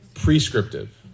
prescriptive